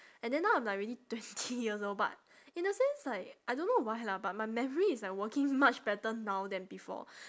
and then now I'm like already twenty years old but in a sense like I don't know why lah but my memory is like working much better now than before